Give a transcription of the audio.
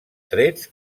trets